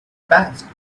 passed